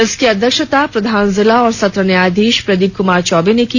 इसकी अध्यक्षता प्रधान जिला व सत्र न्यायाधीश प्रदीप कुमार चौबे ने की